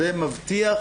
זה מבטיח